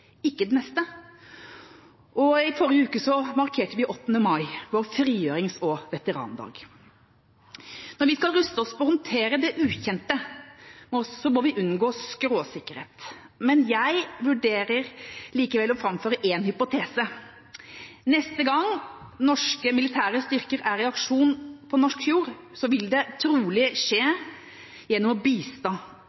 ikke den neste, og i forrige uke markerte vi 8. mai, vår frigjørings- og veterandag. Når vi skal ruste oss på å håndtere det ukjente, må vi unngå skråsikkerhet. Jeg vurderer likevel å framføre en hypotese: Neste gang norske militære styrker er i aksjon på norsk jord, vil det trolig skje